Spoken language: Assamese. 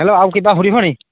হেল্ল' আৰু কিবা সুধিব নেকি